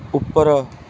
ਉੱਪਰ